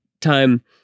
time